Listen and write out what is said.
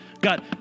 God